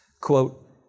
Quote